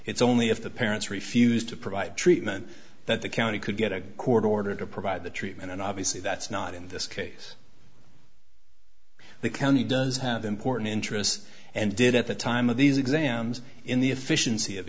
it's only if the parents refuse to provide treatment that the county could get a court order to provide the treatment and obviously that's not in this case the county does have important interests and did at the time of these exams in the efficiency of